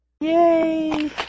Yay